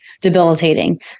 debilitating